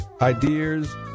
ideas